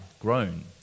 grown